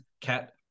cat